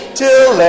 till